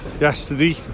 yesterday